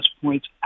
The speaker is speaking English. points